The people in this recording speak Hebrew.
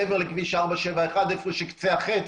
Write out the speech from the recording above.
מעבר לכביש 471. איפה שקצה החץ,